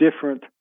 different